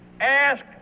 ask